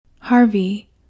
Harvey